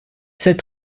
sept